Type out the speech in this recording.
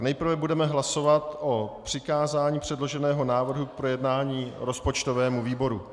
Nejprve budeme hlasovat o přikázání předloženého návrhu k projednání rozpočtovému výboru.